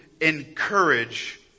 encourage